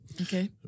Okay